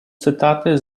cytaty